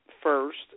first